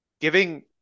giving